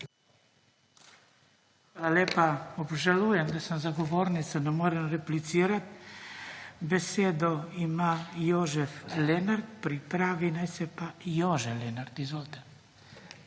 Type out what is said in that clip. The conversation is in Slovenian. lepa. Obžalujem, da sem za govornico, ne morem replicirat. Besedo ima Jožef Lenart, pripravi naj se pa Jože Lenart. Izvolite.